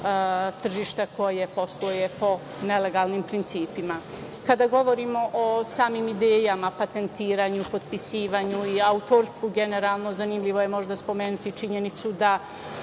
tržišta koje posluje po nelegalnim principima. Kada govorimo o samim idejama, patentiranju, potpisivanju i autorstvu generalno, zanimljivo je možda spomenuti činjenicu da